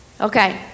Okay